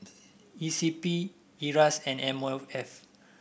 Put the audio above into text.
E C P Iras and M O F